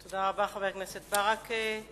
תודה לחבר הכנסת ברכה.